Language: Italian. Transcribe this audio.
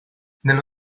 nello